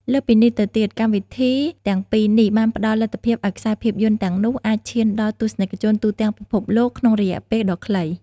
លើសពីនេះទៅទៀត កម្មវិធីទាំងពីរនេះបានផ្តល់លទ្ធភាពឱ្យខ្សែភាពយន្តទាំងនោះ អាចឈានដល់ទស្សនិកជនទូទាំងពិភពលោក ក្នុងរយៈពេលដ៏ខ្លី។